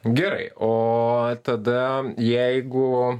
gerai o tada jeigu